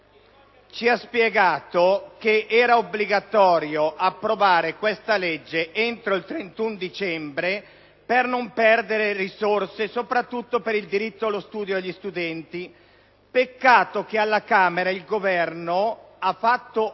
ci ha spiegato che eobbligatorio approvare questo provvedimento entro il 31 dicembre per non perdere risorse, soprattutto per il diritto allo studio degli studenti. Peccato che alla Camera il Governo ha fatto